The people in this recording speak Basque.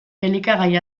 elikagai